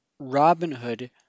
Robinhood